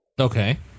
okay